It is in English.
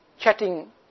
chatting